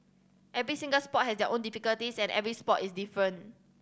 every single sport had their own difficulties and every sport is different